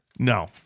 No